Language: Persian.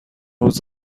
روز